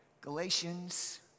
Galatians